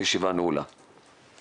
הישיבה ננעלה בשעה